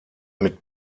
mit